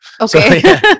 Okay